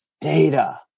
data